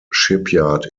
shipyard